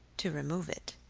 to remove it